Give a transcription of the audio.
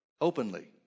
openly